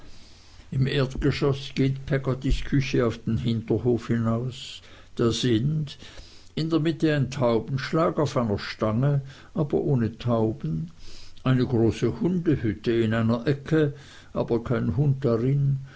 im erdgeschoß geht peggottys küche auf den hinterhof hinaus da sind in der mitte ein taubenschlag auf einer stange aber ohne tauben eine große hundehütte in einer ecke aber kein hund darin